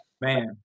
Man